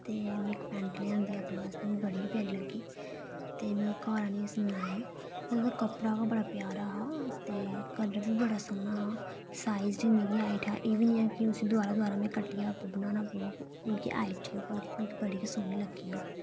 ते में पैंट आंह्दी अपने आस्तै मिगी प्यारी लग्गी ते में ओह् घर आइयै उसी लाई ओह्दा कपड़ा बड़ा प्यारा हा ते कलर बी बड़ा सोह्ना हा ते साईज़ बी मिगी फिट ऐ ते एह्बी निं ऐ की में दोबारा दोबारा कट्टियै बनाना पवै मिगी आई जंदी पूरी मिगी पता ऐ